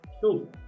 Cool